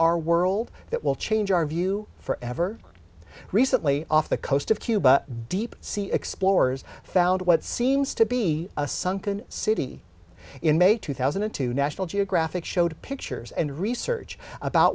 our world that will change our view forever recently off the coast of cuba deep sea explorers found what seems to be a sunken city in may two thousand and two national geographic showed pictures and research about